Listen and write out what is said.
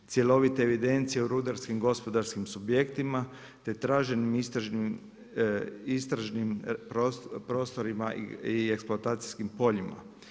Cjelovite evidencije u rudarskim gospodarskim subjektima, te traženim istražnim prostorima i eksploatacijskim poljima.